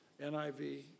NIV